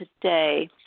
today